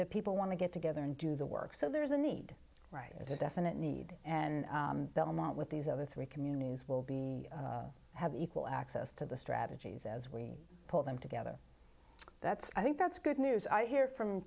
that people want to get together and do the work so there is a need there's a definite need and belmont with these other three communities will be have equal access to the strategies as we pull them together that's i think that's good news i hear from